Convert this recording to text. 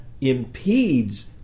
impedes